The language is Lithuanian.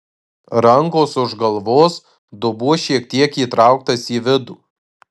rankos už galvos dubuo šiek tiek įtrauktas į vidų